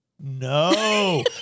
No